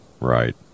Right